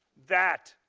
that,